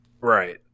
Right